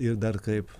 ir dar kaip